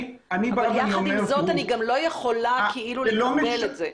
אבל יחד עם זאת אני לא יכולה כאילו לקבל את זה.